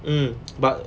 mm but